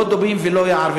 לא דובים ולא יער.